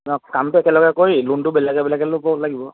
নহয় কামটো একেলগে কৰি লোনটো বেলেগে বেলেগে ল'ব লাগিব